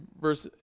verse